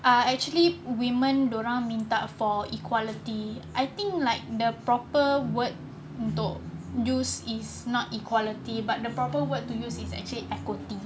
uh actually women dia orang minta for equality I think like the proper word though use is not equality but the proper word to use is actually equity